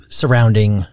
surrounding